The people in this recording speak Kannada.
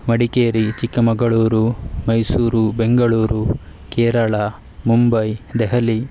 ಮಡಿಕೇರಿ ಚಿಕ್ಕಮಗಳೂರು ಮೈಸೂರು ಬೆಂಗಳೂರು ಕೇರಳ ಮುಂಬೈ ದೆಹಲಿ